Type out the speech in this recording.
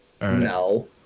No